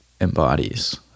embodies